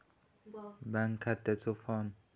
Bank खात्याचो form फुकट असा ह्या कसा बगायचा?